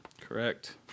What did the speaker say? Correct